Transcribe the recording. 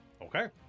Okay